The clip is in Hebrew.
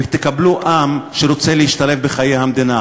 ותקבלו עם שרוצה להשתלב בחיי המדינה.